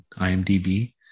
IMDb